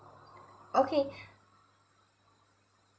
okay